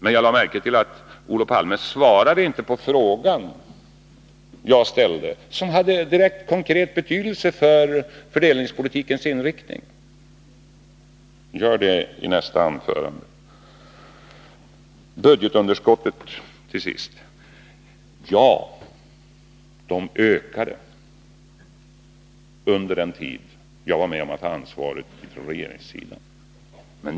Men jag lade märke till att Olof Palme inte svarade på den fråga som jag ställde och som hade direkt och konkret betydelse för fördelningspolitikens inriktning. Gör det i nästa anförande! Till sist beträffande budgetunderskotten: Ja, de ökade under den tid då jag var med om att ha ansvaret för regeringsteamen.